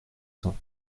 cents